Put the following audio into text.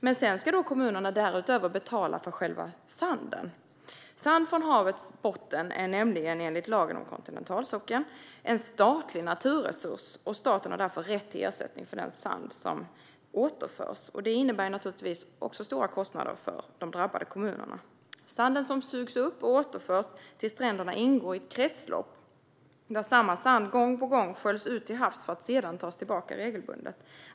Men sedan ska kommunerna därutöver betala för själva sanden. Sand från havets botten är nämligen enligt lagen om kontinentalsockeln en statlig naturresurs, och staten har därför rätt till ersättning för den sand som återförs. Det innebär stora kostnader för de drabbade kommunerna. Sanden som sugs upp och återförs till stränderna ingår i ett kretslopp där samma sand gång på gång sköljs ut till havs för att sedan tas tillbaka regelbundet.